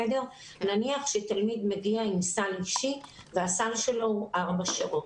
נניח שתלמיד מגיע עם סל אישי והסל שלו הוא ארבע שעות.